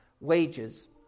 wages